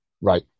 Right